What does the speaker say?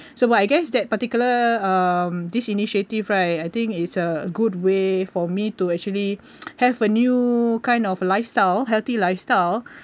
so I guess that particular um this initiative right I think it's a good way for me to actually have a new kind of lifestyle healthy lifestyle